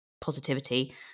positivity